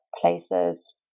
places